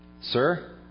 Sir